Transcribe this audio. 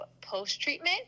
post-treatment